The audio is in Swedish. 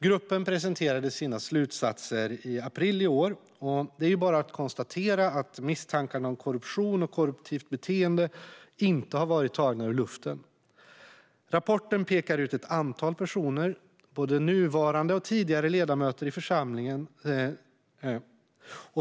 Gruppen presenterade sina slutsatser i april i år, och det är ju bara att konstatera att misstankarna om korruption och korrupt beteende inte har varit tagna ur luften. Rapporten pekar ut ett antal personer, både nuvarande och tidigare ledamöter i församlingen.